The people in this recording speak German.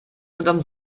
unterm